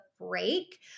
break